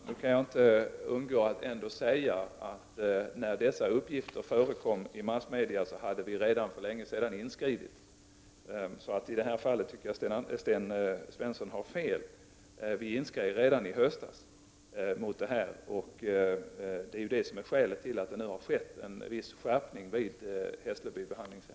Fru talman! Jag kan då inte underlåta att säga, att när dessa uppgifter förekom i massmedia hade vi för länge sedan inskridit. I det här fallet anser jag alltså att Sten Svensson har fel: Vi inskred redan i höstas, och det är anledningen till att det nu skett en viss skärpning vid Hessleby behandlingshem.